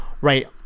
right